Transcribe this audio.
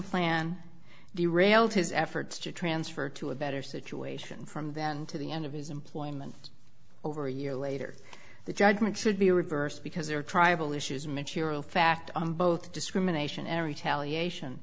plan the railed his efforts to transfer to a better situation from then to the end of his employment over a year later the judgment should be reversed because there are tribal issues material fact on both discrimination area tally ation